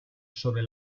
sobre